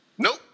Nope